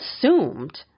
assumed